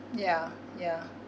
ya ya